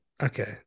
Okay